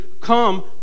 Come